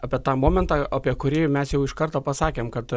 apie tą momentą apie kurį mes jau iš karto pasakėm kad